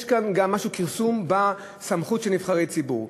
יש כאן גם כרסום בסמכות של נבחרי ציבור.